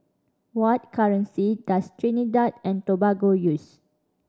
what currency does Trinidad and Tobago use